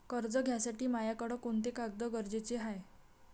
कर्ज घ्यासाठी मायाकडं कोंते कागद गरजेचे हाय?